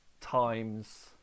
times